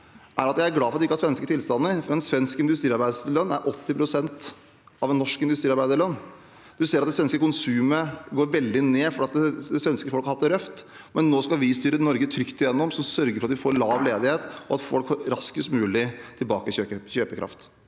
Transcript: jeg er glad for at vi ikke har svenske tilstander. En svensk industriarbeiderlønn er på 80 pst. av en norsk industriarbeiderlønn. Man ser at det svenske konsumet går veldig ned fordi det svenske folk har hatt det røft, men nå skal vi styre Norge trygt gjennom og sørge for at vi får lav ledighet, og at folk raskest mulig får tilbake kjøpekraft.